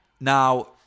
now